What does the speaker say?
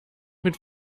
mit